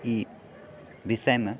ई विषयमे